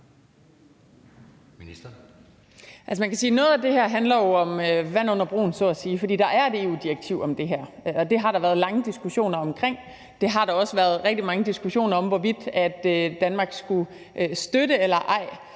noget af det her jo handler om vand under broen, så at sige, for der er et EU-direktiv om det her, og det har der været lange diskussioner omkring. Der har også været rigtig mange diskussioner om, hvorvidt Danmark skulle støtte det eller ej.